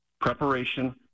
preparation